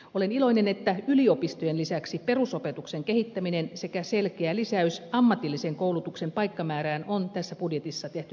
olen iloinen että yliopistoihin satsaamisen lisäksi perusopetuksen kehittäminen sekä selkeä lisäys ammatillisen koulutuksen paikkamäärään on tässä budjetissa tehty todeksi